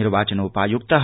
निर्वाचनोपायुक्त